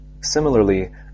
Similarly